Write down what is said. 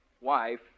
wife